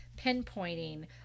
pinpointing